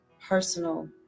personal